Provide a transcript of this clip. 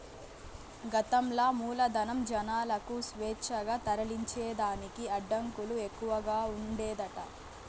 గతంల మూలధనం, జనాలకు స్వేచ్ఛగా తరలించేదానికి అడ్డంకులు ఎక్కవగా ఉండేదట